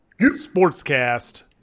Sportscast